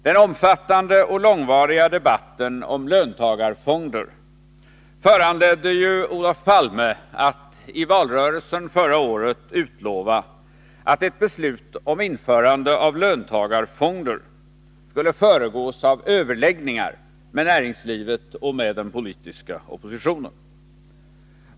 Den omfattande och långvariga debatten om löntagarfonder föranledde ju Olof Palme att i valrörelsen förra året utlova, att ett beslut om införande av löntagarfonder skulle föregås av överläggningar med näringslivet och med den politiska oppositionen.